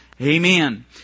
Amen